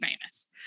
famous